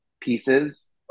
pieces